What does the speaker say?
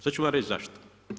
Sad ću vam reći zašto.